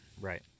Right